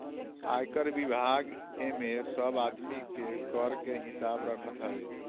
आयकर विभाग एमे सब आदमी के कर के हिसाब रखत हवे